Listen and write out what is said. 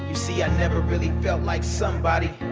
see, i never really felt like somebody